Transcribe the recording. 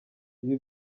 ibi